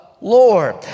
Lord